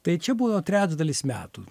tai čia buvo trečdalis metų